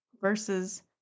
versus